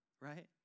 right